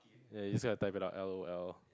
ya you just type it out L_O_L